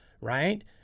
Right